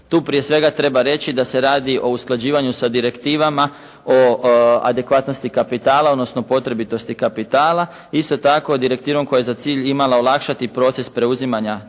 Tu prije svega treba reći da se radi o usklađivanju sa direktivama, o adekvatnosti kapitala, odnosno potrebitosti kapitala. Isto tako, direktivom koja je za cilj imala olakšati proces preuzimanja